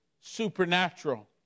supernatural